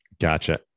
Gotcha